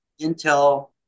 Intel